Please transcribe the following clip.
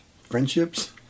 friendships